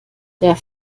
der